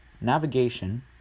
navigation